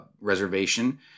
reservation